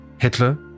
Hitler